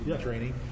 training